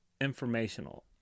informational